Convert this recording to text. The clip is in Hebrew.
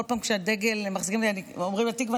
בכל פעם שאומרים התקווה,